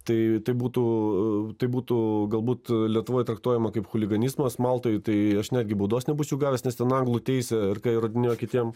tai tai būtų tai būtų galbūt lietuvoj traktuojama kaip chuliganizmas maltoj tai aš netgi baudos nebūčiau gavęs nes ten anglų teisė ir įrodinėjo kitiem